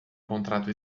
contrato